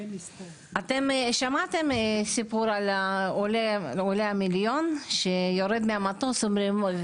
אתם שמעתם את הסיפור על עולה המיליון שיורד מהמטוס ואומרים לו,